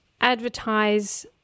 advertise